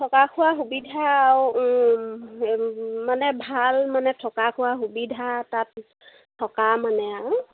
থকা খোৱা সুবিধা আৰু মানে ভাল মানে থকা খোৱা সুবিধা তাত থকা মানে আৰু